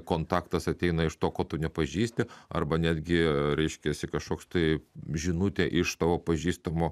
kontaktas ateina iš to ko tu nepažįsti arba netgi reiškiasi kažkoks tai žinutė iš tavo pažįstamo